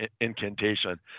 incantation